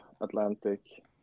atlantic